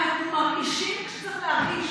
אנחנו מרגישים כשצריך להרגיש,